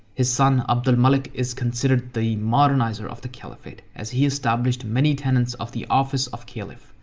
his son, abd al-malik is considered the modernizer of the caliphate as he established many tenets of the office of caliph.